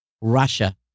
Russia